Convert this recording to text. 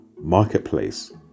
marketplace